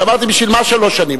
שאמר: בשביל מה שלוש שנים,